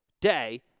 day